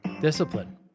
Discipline